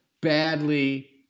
badly